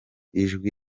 ijwi